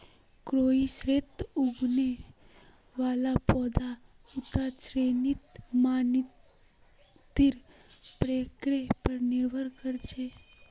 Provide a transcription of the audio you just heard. कोई क्षेत्रत उगने वाला पौधार उता क्षेत्रेर मातीर प्रकारेर पर निर्भर कर छेक